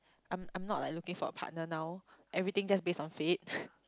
I'm I'm not like looking for a partner now everything just base on fate